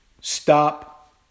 stop